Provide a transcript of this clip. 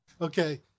okay